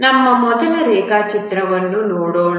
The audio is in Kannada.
ನಮ್ಮ ಮೊದಲ ರೇಖಾಚಿತ್ರವನ್ನು ನೋಡೋಣ